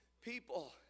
People